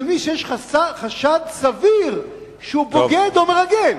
של מי שיש חשד סביר שהוא בוגד או מרגל.